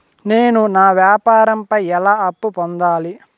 నేను నా వ్యాపారం పై ఎలా అప్పు పొందాలి?